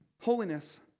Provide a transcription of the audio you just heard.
Holiness